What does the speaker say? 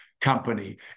company